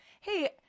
hey